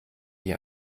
wie